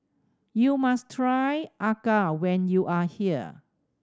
you must try acar when you are here